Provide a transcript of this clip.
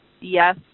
yes